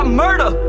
murder